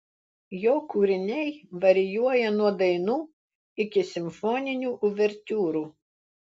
jo kūriniai varijuoja nuo dainų iki simfoninių uvertiūrų